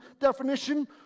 definition